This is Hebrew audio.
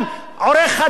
עורך-הדין,